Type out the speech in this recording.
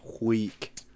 week